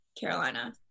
Carolina